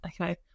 Okay